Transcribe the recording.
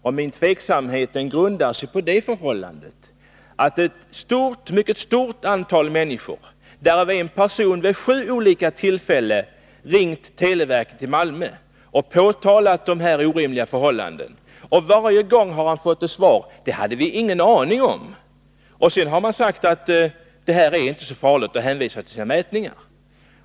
Och min tveksamhet grundar sig på det förhållandet att ett mycket stort antal människor — därav en person vid sju olika tillfällen — har ringt televerket i Malmö och påtalat de här orimliga förhållandena och varje gång fått till svar: Det hade vi inte en aning om. Vidare har det sagts från televerket att det inte är så farligt, och man har hänvisat till sina mätningar.